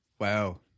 Wow